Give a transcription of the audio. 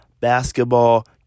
basketball